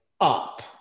up